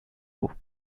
eau